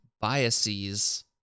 biases